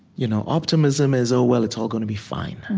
you know optimism is oh, well, it's all gonna be fine.